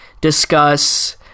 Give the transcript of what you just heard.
Discuss